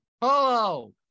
Hello